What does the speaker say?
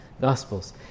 gospels